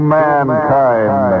mankind